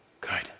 Good